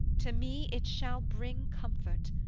to me it shall bring comfort,